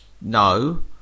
no